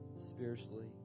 spiritually